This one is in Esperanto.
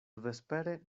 vespere